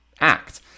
act